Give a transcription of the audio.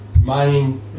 mining